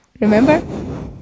Remember